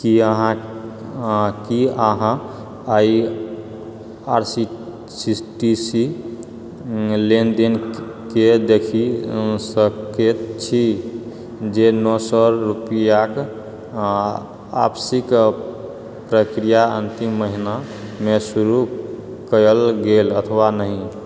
की अहाँ की अहाँ I R C T C लेनदेनके देखि सकैत छी जे नओ सए रुपैआक आपसीकऽ प्रक्रिया अंतिम महीना मे शुरू कयल गेल अथवा नहि